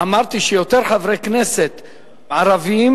אמרתי שיותר חברי כנסת ערבים,